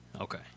Okay